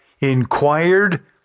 inquired